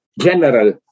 general